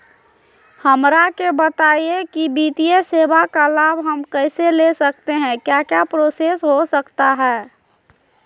हमरा के बताइए की वित्तीय सेवा का लाभ हम कैसे ले सकते हैं क्या क्या प्रोसेस हो सकता है?